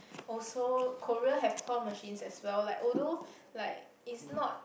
also Korea have claw machines as well like although like it's not